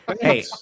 Hey